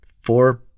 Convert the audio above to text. four